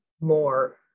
more